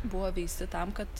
buvo veisti tam kad